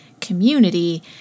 community